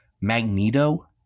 magneto